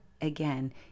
again